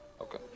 Okay